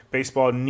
Baseball